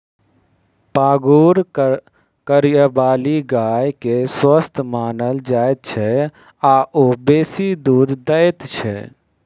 पागुर करयबाली गाय के स्वस्थ मानल जाइत छै आ ओ बेसी दूध दैत छै